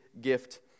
gift